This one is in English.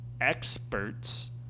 experts